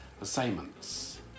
assignments